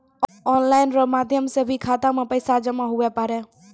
online रो माध्यम से भी खाता मे पैसा जमा हुवै पारै